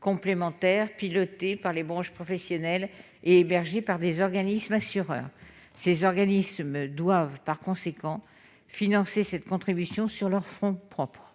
complémentaires pilotés par les branches professionnelles et hébergés par des organismes assureurs. Ces organismes doivent, par conséquent, financer cette contribution sur leurs fonds propres.